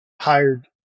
hired